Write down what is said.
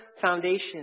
foundation